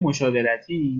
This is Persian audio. مشاورتی